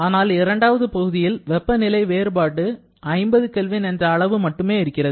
ஆனால் இரண்டாவது பகுதியில் வெப்பநிலை வேறுபாடு 50 K என்ற அளவு மட்டுமே இருக்கிறது